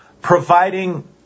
providing